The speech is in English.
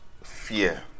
fear